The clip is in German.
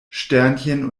sternchen